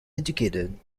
educated